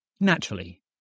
Naturally